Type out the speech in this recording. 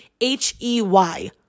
h-e-y